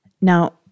Now